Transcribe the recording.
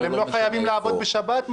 אבל מוכרות בסופרמרקט לא חייבות לעבוד בשבת.